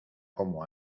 como